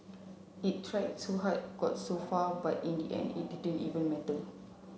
it tried to hard got so far but in the end it didn't even matter